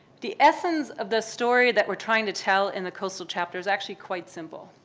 the essence of the story that we're trying to tell in the coastal chapter is actually quite simple.